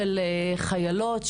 של חיילות,